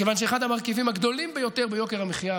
מכיוון שאחד המרכיבים הגדולים ביותר ביוקר המחיה,